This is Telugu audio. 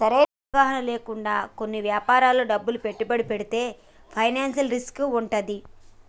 సరైన అవగాహన లేకుండా కొన్ని యాపారాల్లో డబ్బును పెట్టుబడితే ఫైనాన్షియల్ రిస్క్ వుంటది